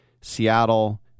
Seattle